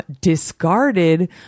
discarded